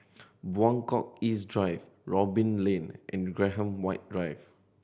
Buangkok East Drive Robin Lane and Graham White Drive